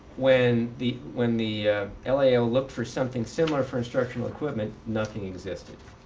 when the when the lao looked for something similar for instructional equipment, nothing existed.